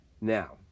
Now